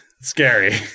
scary